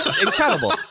Incredible